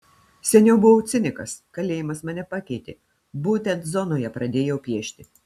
seniau buvau cinikas kalėjimas mane pakeitė būtent zonoje pradėjau piešti